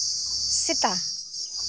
ᱥᱮᱛᱟ